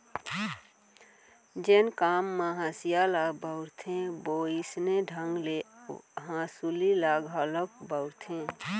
जेन काम म हँसिया ल बउरथे वोइसने ढंग ले हँसुली ल घलोक बउरथें